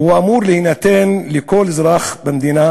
והוא אמור להינתן לכל אזרח במדינה,